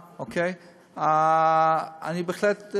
בהחלט,